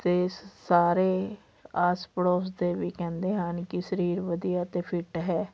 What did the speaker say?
ਅਤੇ ਸਾਰੇ ਆਸ ਪੜੋਸ ਦੇ ਵੀ ਕਹਿੰਦੇ ਹਨ ਕਿ ਸਰੀਰ ਵਧੀਆ ਅਤੇ ਫਿੱਟ ਹੈ